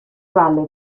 vale